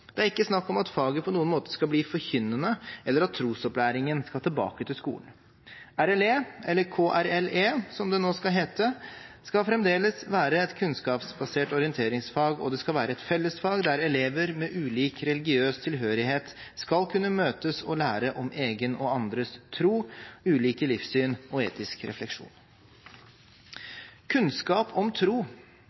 Det er ikke snakk om at faget på noen måte skal bli forkynnende, eller at trosopplæringen skal tilbake til skolen. RLE, eller KRLE, som det nå skal hete, skal fremdeles være et kunnskapsbasert orienteringsfag, og det skal være et fellesfag der elever med ulik religiøs tilhørighet skal kunne møtes og lære om egen og andres tro, ulike livssyn og etisk refleksjon. Kunnskap om tro